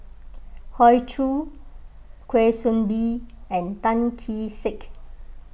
Hoey Choo Kwa Soon Bee and Tan Kee Sek